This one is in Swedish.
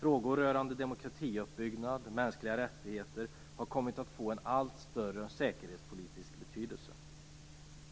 Frågor rörande demokratiuppbyggnad och mänskliga rättigheter har kommit att få en allt större säkerhetspolitisk betydelse.